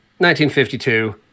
1952